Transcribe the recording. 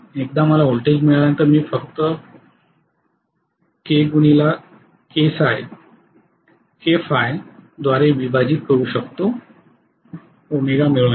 एकदा मला व्होल्टेज मिळाल्यानंतर मी फक्त द्वारे विभाजित करू शकतो ɷ मिळवण्यासाठी